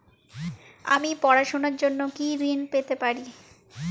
আমি পড়াশুনার জন্য কি ঋন পেতে পারি?